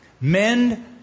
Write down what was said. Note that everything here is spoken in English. Men